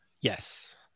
Yes